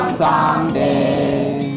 someday